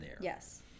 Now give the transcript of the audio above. Yes